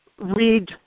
read